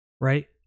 Right